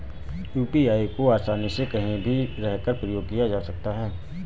UPI को आसानी से कहीं भी रहकर प्रयोग किया जा सकता है